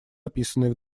описанной